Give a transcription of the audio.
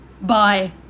bye